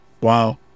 Wow